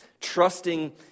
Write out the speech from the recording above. trusting